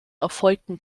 erfolgten